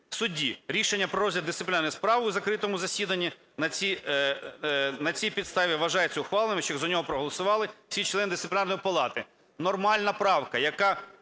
судді. Рішення про розгляд дисциплінарної справи у закритому засіданні на цій підставі вважається ухваленим, якщо за нього проголосували всі члени Дисциплінарної палати". Нормальна правка, яка